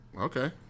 Okay